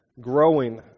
growing